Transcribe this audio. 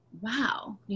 wow